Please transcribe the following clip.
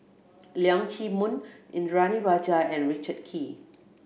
Leong Chee Mun Indranee Rajah and Richard Kee